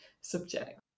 subject